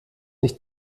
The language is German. nicht